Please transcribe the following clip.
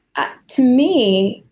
ah to me,